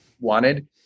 wanted